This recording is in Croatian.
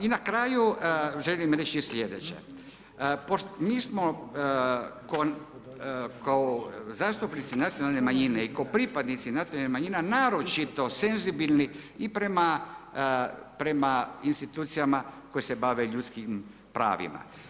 I na kraju želim reći sljedeće, mi smo kao zastupnici nacionalne manjine i kao pripadnici nacionalnih manjina naročito senzibilni i prema institucijama koje se bave ljudskim pravima.